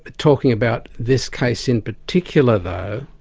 talking about this case in particular, though,